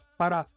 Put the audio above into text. para